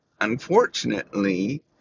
Unfortunately